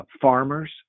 farmers